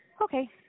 Okay